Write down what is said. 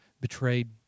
betrayed